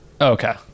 Okay